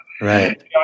right